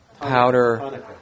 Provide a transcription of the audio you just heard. powder